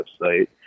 website